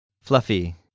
Fluffy